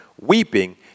weeping